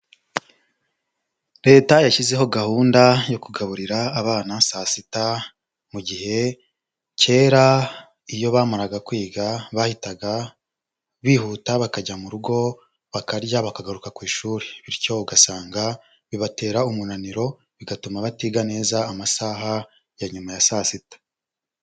Leta yashyizeho gahunda yo kugaburira abana saa sita mu gihe kera iyo bamaraga kwiga, bahitaga bihuta bakajya mu rugo, bakarya, bakagaruka ku ishuri bityo ugasanga bibatera umunaniro bigatuma batiga neza amasaha ya nyuma ya saa sita.